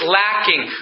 lacking